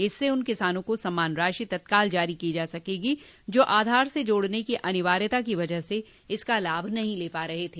इससे उन किसानों को सम्मान राशि तत्काल जारी की जा सकेगी जो आधार से जोड़ने की अनिवार्यता की वजह से इसका लाभ नहीं ले पा रहे थे